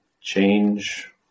change